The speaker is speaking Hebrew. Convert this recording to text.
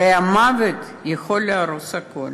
הרי המוות יכול להרוס הכול,